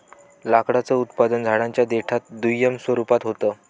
लाकडाचं उत्पादन झाडांच्या देठात दुय्यम स्वरूपात होत